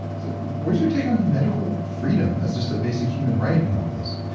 so, where's your take on medical freedom as just a basic human right and all this?